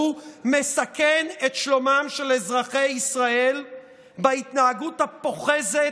מסכן את שלומם של אזרחי ישראל בהתנהגות הפוחזת,